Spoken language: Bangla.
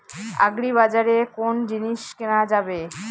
আগ্রিবাজারে কোন জিনিস কেনা যাবে?